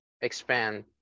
expand